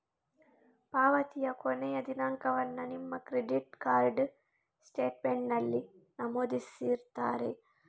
ಪಾವತಿಯ ಕೊನೆಯ ದಿನಾಂಕವನ್ನ ನಿಮ್ಮ ಕ್ರೆಡಿಟ್ ಕಾರ್ಡ್ ಸ್ಟೇಟ್ಮೆಂಟಿನಲ್ಲಿ ನಮೂದಿಸಿರ್ತಾರೆ